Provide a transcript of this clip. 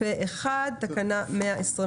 מי נגד?